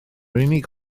unig